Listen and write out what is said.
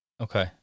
Okay